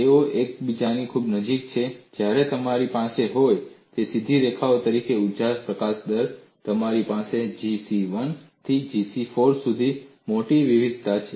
તેઓ એકબીજાની ખૂબ નજીક છે જ્યારે જો તમારી પાસે હોય સીધી રેખાઓ તરીકે ઊર્જા પ્રકાશન દર તમારી પાસે G c1 થી G c4 સુધી મોટી વિવિધતા છે